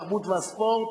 התרבות והספורט